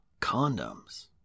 Condoms